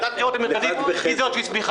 ועדת הבחירות המרכזית היא זו שהסמיכה.